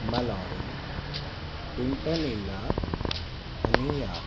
मेलॉरी Quintal इला अनिया